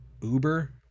Uber